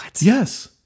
Yes